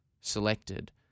selected